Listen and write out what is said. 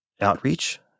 outreach